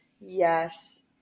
yes